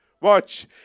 watch